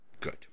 Good